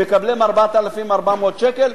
מקבלים 4,400 שקל,